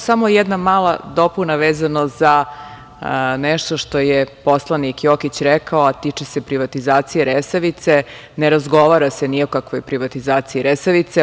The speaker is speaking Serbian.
Samo jedna mala dopuna vezano za nešto što je poslanik Jokić rekao, a tiče se privatizacije Resavice, ne razgovara se ni o kakvoj privatizaciji Resavice.